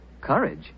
Courage